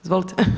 Izvolite.